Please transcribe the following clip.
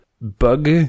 bug